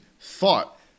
thought